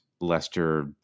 Lester